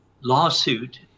lawsuit